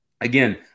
again